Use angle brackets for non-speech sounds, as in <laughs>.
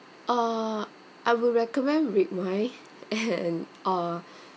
uh I would recommend red wine and <laughs> uh